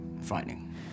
frightening